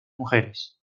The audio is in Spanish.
mujeres